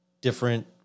different